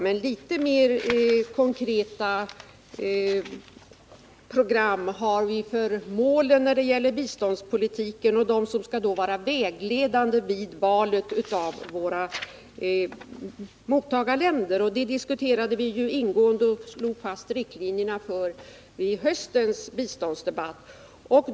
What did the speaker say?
Men litet mer konkreta program har vi för målen när det gäller biståndspolitiken och det som skall vara vägledande vid valet av våra mottagarländer. Det diskuterade vi ju ingående och slog fast riktlinjerna för vid höstens biståndsdebatt.